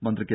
മന്ത്രി കെ